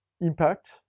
impact